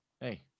Hey